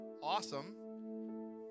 Awesome